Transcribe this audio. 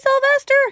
Sylvester